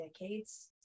decades